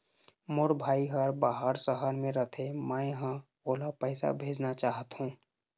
मोर भाई हर बाहर शहर में रथे, मै ह ओला पैसा भेजना चाहथों